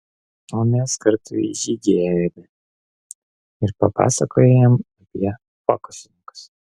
o mes kartu į žygį ėjome ir papasakojo jam apie fokusininkus